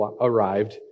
arrived